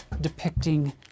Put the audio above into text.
depicting